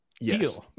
yes